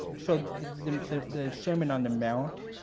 so the. sermon on the mount.